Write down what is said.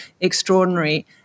extraordinary